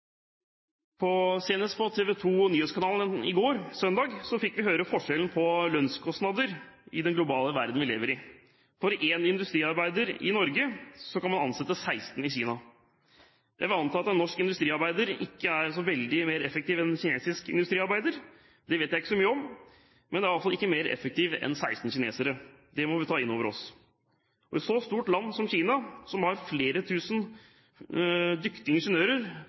Senest på TV 2 Nyhetskanalen i går, søndag, fikk vi høre om forskjellen på lønnskostnader i den globale verden vi lever i. For én industriarbeider i Norge kan man ansette 16 i Kina. Jeg vil anta at en norsk industriarbeider ikke er så veldig mer effektiv enn en kinesisk industriarbeider – det vet jeg ikke så mye om – men iallfall ikke mer effektiv enn 16 kinesere. Det må vi ta inn over oss. Et så stort land som Kina, som har flere tusen dyktige ingeniører,